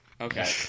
Okay